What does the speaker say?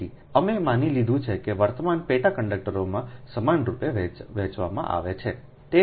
તેથી અમે માની લીધું છે કે વર્તમાનને પેટા કંડકટરોમાં સમાનરૂપે વહેંચવામાં આવે છે